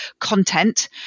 content